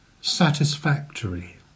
satisfactory